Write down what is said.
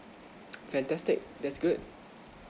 fantastic that's good